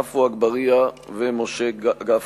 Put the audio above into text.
עפו אגבאריה ומשה גפני.